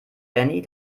benny